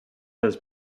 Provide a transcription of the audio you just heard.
has